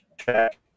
check